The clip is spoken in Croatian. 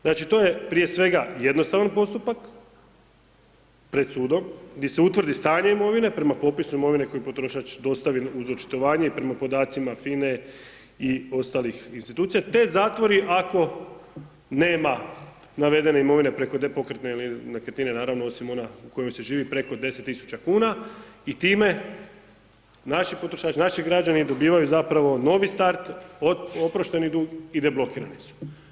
Znači, to je prije svega jednostavan postupak, pred sudom, gdje se utvrdi stanje imovine, prema popisu imovine koju potrošač dostavi uz očitovanje i prema podacima FINE i ostalih institucija te zatvori ako nema navedene imovine preko …/nerazumljivo/… ili nekretnine naravno osim ona u kojima se živi preko 10.000 kuna i time naši potrošači, naši građani dobivaju zapravo novi start, oprošteni dug i deblokirani su.